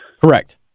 Correct